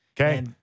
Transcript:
Okay